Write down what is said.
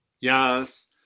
Yes